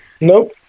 Nope